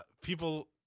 people